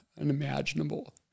unimaginable